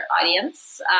audience